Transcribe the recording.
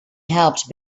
helped